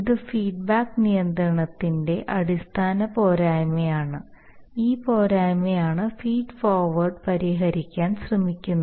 ഇത് ഫീഡ്ബാക്ക് നിയന്ത്രണത്തിന്റെ അടിസ്ഥാന പോരായ്മയാണ് ഈ പോരായ്മയാണ് ഫീഡ് ഫോർവേഡ് പരിഹരിക്കാൻ ശ്രമിക്കുന്നത്